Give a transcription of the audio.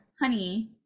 honey